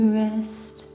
rest